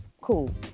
Cool